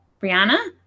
brianna